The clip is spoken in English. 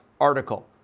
article